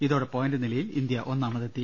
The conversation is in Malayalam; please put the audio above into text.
ഇതോടെ പോയന്റ് നിലയിൽ ഇന്ത്യ ഒന്നാമതെത്തി